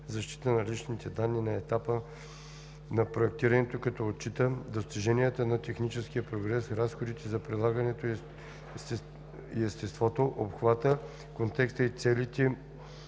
защита на личните данни на етапа на проектирането, като отчита достиженията на техническия прогрес, разходите за прилагане и естеството, обхвата, контекста и целите